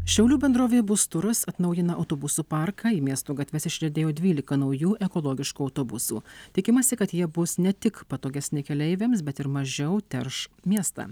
šiaulių bendrovė busturas atnaujina autobusų parką į miesto gatves išriedėjo dvylika naujų ekologiškų autobusų tikimasi kad jie bus ne tik patogesni keleiviams bet ir mažiau terš miestą